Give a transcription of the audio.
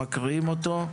מקריאים אותו,